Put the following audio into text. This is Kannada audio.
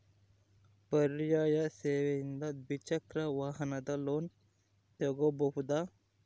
ಪರ್ಯಾಯ ಸೇವೆಯಿಂದ ದ್ವಿಚಕ್ರ ವಾಹನದ ಲೋನ್ ತಗೋಬಹುದಾ?